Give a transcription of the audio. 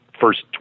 first